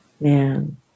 man